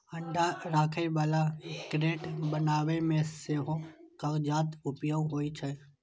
अंडा राखै बला क्रेट बनबै मे सेहो कागतक उपयोग होइ छै